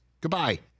goodbye